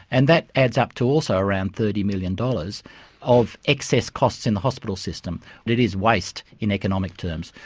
and that adds up to also around thirty million dollars of excess costs in the hospital system and it is waste in economic terms.